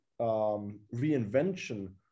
reinvention